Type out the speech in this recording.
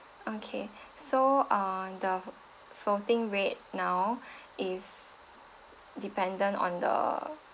okay so on the floating rate now is dependent on the